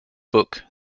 book